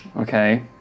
Okay